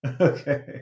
Okay